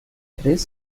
três